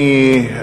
אני,